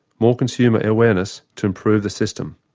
more consumer awareness to improve the system.